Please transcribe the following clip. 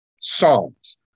Psalms